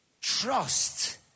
Trust